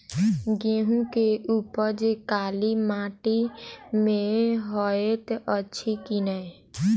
गेंहूँ केँ उपज काली माटि मे हएत अछि की नै?